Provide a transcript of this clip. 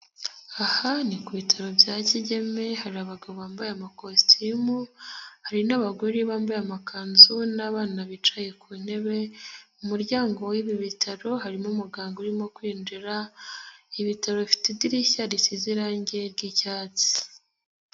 Aha ni ku bitaro bya Kigeme hari abagabo bambaye amakositimu, hari n'abagore bambaye amakanzu, n'abana bicaye ku ntebe, mu muryango w'ibi bitaro harimo umuganga urimo kwinjira, ibitaro bifite idirishya risize irangi ry'icyatsi.